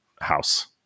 house